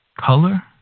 color